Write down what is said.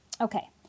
Okay